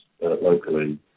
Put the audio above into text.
locally